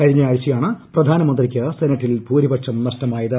കഴിഞ്ഞ ആഴ്ചയാണ് പ്രധാനമന്ത്രിക്ക് സെനറ്റിൽ ഭൂരിപക്ഷം നഷ്ടമായത്